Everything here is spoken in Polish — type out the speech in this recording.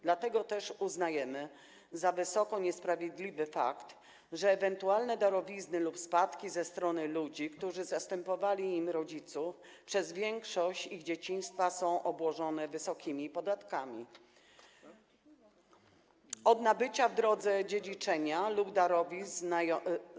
Dlatego też uznajemy za wysoce niesprawiedliwy fakt, że ewentualne darowizny lub spadki ze strony ludzi, którzy zastępowali im rodziców przez większość ich dzieciństwa, są obłożone wysokimi podatkami od nabycia w drodze dziedziczenia lub darowizn.